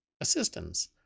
assistance